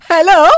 Hello